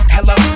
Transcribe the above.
Hello